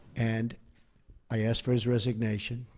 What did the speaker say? and i asked for his resignation.